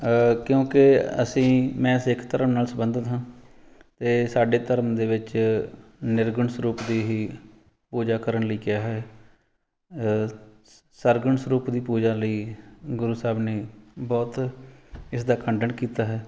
ਕਿਉਂਕਿ ਅਸੀਂ ਮੈਂ ਸਿੱਖ ਧਰਮ ਨਾਲ ਸੰਬੰਧਿਤ ਹਾਂ ਅਤੇ ਸਾਡੇ ਧਰਮ ਦੇ ਵਿੱਚ ਨਿਰਗੁਣ ਸਰੂਪ ਦੀ ਹੀ ਪੂਜਾ ਕਰਨ ਲਈ ਕਿਹਾ ਹੈ ਸਰਗੁਣ ਸਰੂਪ ਦੀ ਪੂਜਾ ਲਈ ਗੁਰੂ ਸਾਹਿਬ ਨੇ ਬਹੁਤ ਇਸ ਦਾ ਖੰਡਨ ਕੀਤਾ ਹੈ